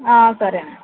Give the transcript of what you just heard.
సరే అండి